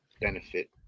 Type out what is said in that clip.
benefit